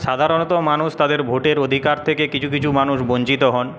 সাধারণত মানুষ তাদের ভোটের অধিকার থেকে কিছু কিছু মানুষ বঞ্চিত হন